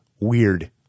weird